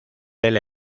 del